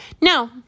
Now